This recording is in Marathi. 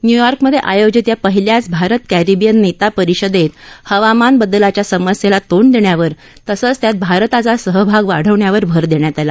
न्यूयॉर्कमधे आयोजित या पहिल्याच भारत कॅरिबीयन नेता परिषदेत हवामान बदलाच्या समस्येला तोंड देण्यावर तसंच त्यात भारताचा सहभाग वाढवण्यावर भर देण्यात आला